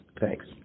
Thanks